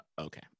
okay